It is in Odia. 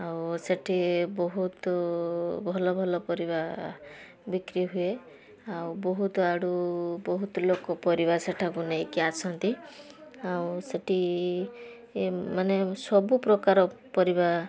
ଆଉ ସେଠି ବହୁତ ଭଲ ଭଲ ପରିବା ବିକ୍ରି ହୁଏ ଆଉ ବହୁତ ଆଡ଼ୁ ବହୁତ ଲୋକ ପରିବା ସେଠାକୁ ନେଇକି ଆସନ୍ତି ଆଉ ସେଠି ଏମାନେ ସବୁପ୍ରକାର ପରିବା